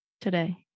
today